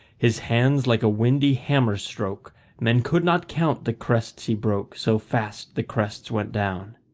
his hand like a windy hammer-stroke men could not count the crests he broke, so fast the crests went down.